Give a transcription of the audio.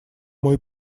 мой